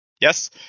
yes